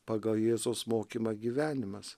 pagal jėzaus mokymą gyvenimas